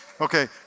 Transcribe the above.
Okay